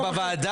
12:28)